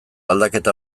aldaketa